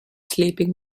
sleeping